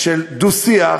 של דו-שיח,